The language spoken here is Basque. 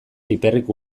piperrik